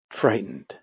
frightened